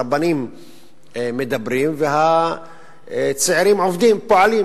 הרבנים מדברים והצעירים פועלים,